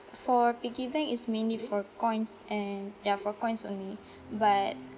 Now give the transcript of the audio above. for piggy bank is mainly for coins and ya for coins only but